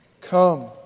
Come